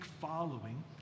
following